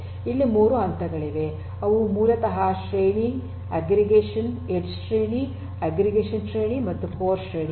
ಇಲ್ಲಿ 3 ಹಂತಗಳಿವೆ ಅವು ಮೂಲತಃ ಎಡ್ಜ್ ಶ್ರೇಣಿ ಅಗ್ರಿಗೇಷನ್ ಶ್ರೇಣಿ ಮತ್ತು ಕೋರ್ ಶ್ರೇಣಿ